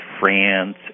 France